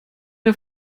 der